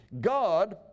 God